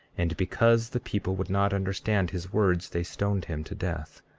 and because the people would not understand his words they stoned him to death.